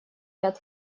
ряд